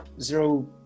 zero